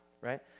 right